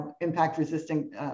impact-resistant